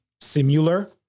similar